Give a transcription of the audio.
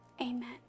amen